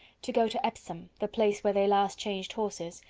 to go to epsom, the place where they last changed horses,